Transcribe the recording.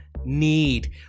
need